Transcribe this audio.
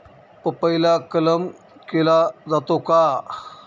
पपईला कलम केला जातो का?